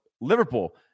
Liverpool